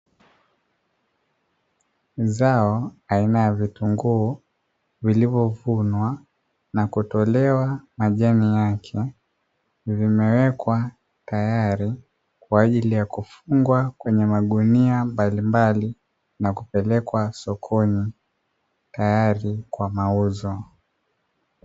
Zao aina ya vitunguu vilivyovunwa na kutolewa majani yake, vimewekwa tayari kwa ajili ya kufungwa kwenye magunia mbalimbali na kupelekwa sokoni tayari kwa mauzo.